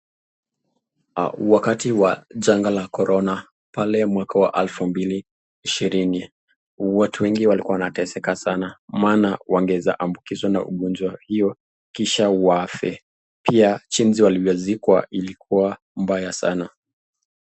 Wakati wa janga la Korona pale mwaka wa alfu mbili ishirini, watu wengi walikuwa wanateseka sana maana wangeweza ambukizwa na ugonjwa hio, Kisha wafe. Tena jinsi walivyo zikwa ilikuwa mbaya sana.